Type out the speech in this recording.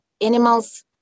animals